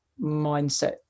mindset